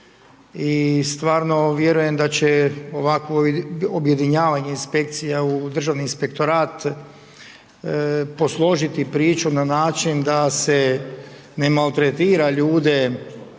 i stvarno vjerujem da će ovakvo objedinjavanje inspekcija u Državni inspektorat posložiti priču na način da se ne maltretira ljude